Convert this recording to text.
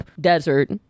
desert